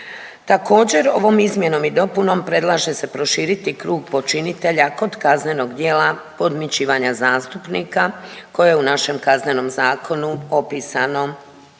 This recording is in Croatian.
Također, ovom izmjenom i dopunom predlaže se proširiti krug počinitelja kod kaznenog djela podmićivanja zastupnika, koje je u našem Kaznenom zakonu opisano